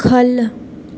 ख'ल्ल